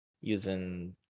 using